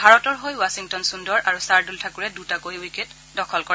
ভাৰতৰ হৈ ৱাচিংটন সুন্দৰ আৰু চাৰদুল ঠাকুৰে দুটাকৈ উইকেট সংগ্ৰহ কৰে